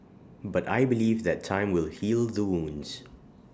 but I believe that time will heal the wounds